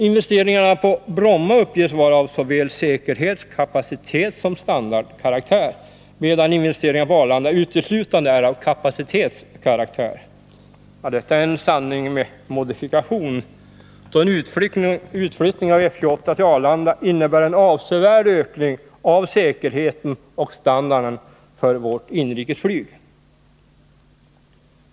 Investeringarna på Bromma uppges vara av såväl säkerhets-, kapacitetssom standardkaraktär, medan investeringarna på Arlanda uteslutande är av kapacitetskaraktär. Detta är en sanning med modifikation, då en utflyttning av F 28 till Arlanda innebär en avsevärd ökning av säkerheten och standarden för vårt inrikesflyg.